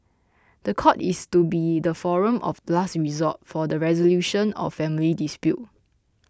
the court is to be the forum of last resort for the resolution of family dispute